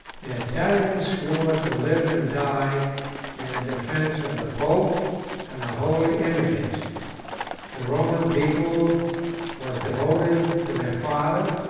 the italians swore to live and die in the defence of the pope and the holy images the roman people was devoted to their father,